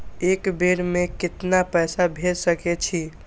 एक बेर में केतना पैसा भेज सके छी?